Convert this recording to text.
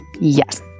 Yes